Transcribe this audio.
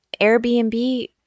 Airbnb